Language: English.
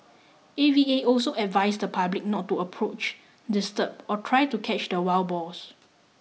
A V A also advised the public not to approach disturb or try to catch the wild boars